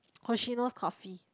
Hoshino-Coffee